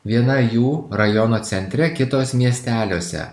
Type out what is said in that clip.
viena jų rajono centre kitos miesteliuose